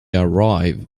arrive